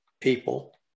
people